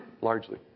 largely